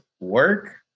work